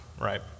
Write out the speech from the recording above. right